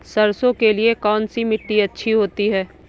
सरसो के लिए कौन सी मिट्टी अच्छी होती है?